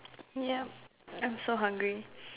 yup I'm so hungry